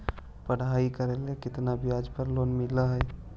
पढाई करेला केतना ब्याज पर लोन मिल हइ?